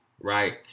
Right